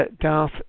Darth